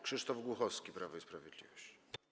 Krzysztof Głuchowski, Prawo i Sprawiedliwość.